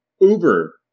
uber